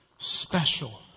special